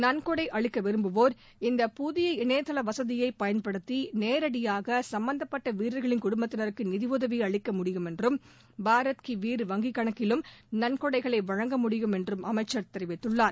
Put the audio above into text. நன்கொடை அளிக்க விரும்புவோா் இந்த புதிய இணையதள வசதியை பயன்படுத்தி நேரடியாக சும்பந்தப்பட்ட வீரர்களின் குடும்பத்தினருக்கு நிதியுதவி அளிக்க முடியும் என்றும் பாரத் கீ வீர வங்கி கணக்கிலும் நன்கொடைகளை வழங்க முடியும் என்றும் அமைச்சர் தெரிவித்துள்ளார்